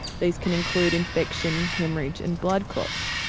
these can include infection, haemorrhage and blood clots.